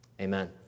amen